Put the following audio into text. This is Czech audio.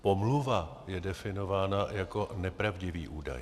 Pomluva je definována jako nepravdivý údaj.